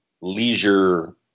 leisure